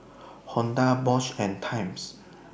Honda Bosch and Times